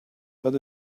but